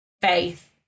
faith